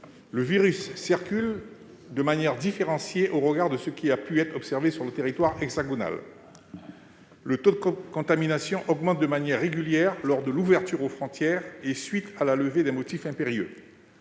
le virus circule de manière différenciée au regard de ce qui a pu être observé sur le territoire hexagonal. Le taux de contamination augmente de manière régulière depuis l'ouverture aux frontières et la levée des motifs impérieux.